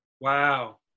Wow